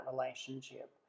relationship